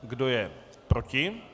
Kdo je proti?